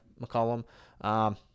McCollum